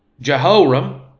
Jehoram